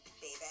baby